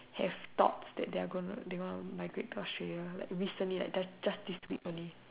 have thoughts that they are gonna they gonna migrate to Australia like recently like just this week only